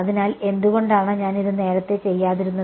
അതിനാൽ എന്തുകൊണ്ടാണ് ഞാൻ ഇത് നേരത്തെ ചെയ്യാതിരുന്നത്